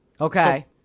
Okay